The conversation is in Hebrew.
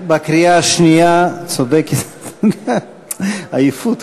אש"ף לתוך המדינה שלנו ואפשרו להם לשלוט על חלקים גדולים של הארץ שלנו.